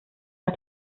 der